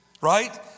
right